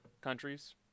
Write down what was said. countries